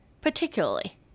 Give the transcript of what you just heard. particularly